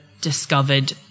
discovered